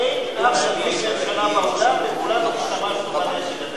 באולם, וכולנו השתמשנו בנשק הזה.